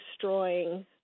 destroying